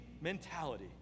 mentality